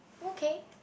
okay